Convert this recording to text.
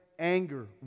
Anger